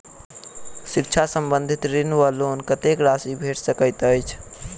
शिक्षा संबंधित ऋण वा लोन कत्तेक राशि भेट सकैत अछि?